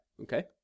Okay